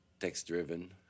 text-driven